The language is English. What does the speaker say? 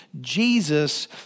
Jesus